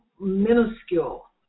minuscule